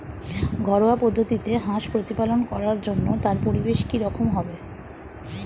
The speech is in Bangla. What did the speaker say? ঘরোয়া পদ্ধতিতে হাঁস প্রতিপালন করার জন্য তার পরিবেশ কী রকম হবে?